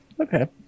Okay